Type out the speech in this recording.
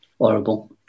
horrible